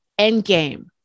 Endgame